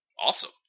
Awesome